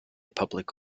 public